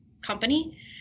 company